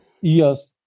Yes